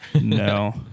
No